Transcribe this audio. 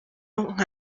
nka